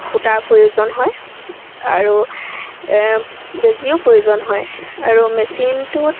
সূতাৰ প্ৰয়োজন হয় আৰু বেজীও প্ৰয়োজন হয় আৰু মেচিনটোত